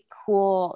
cool